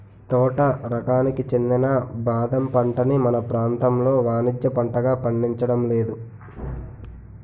తోట రకానికి చెందిన బాదం పంటని మన ప్రాంతంలో వానిజ్య పంటగా పండించడం లేదు